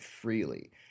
freely